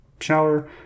shower